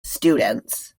students